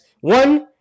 one